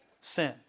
sin